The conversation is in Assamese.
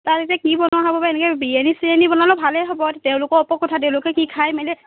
তাত এতিয়া কি বনোৱা হ'ব এনেকে বিৰিয়ানী চিৰিয়ানী বনালেও ভালেই হ'ব তেওঁলোকৰ ওপৰত কথা তেওঁলোকে কি খায় মেলে